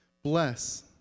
Bless